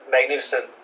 magnificent